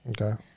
Okay